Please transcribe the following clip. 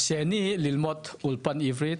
השני, ללמוד אולפן עברית,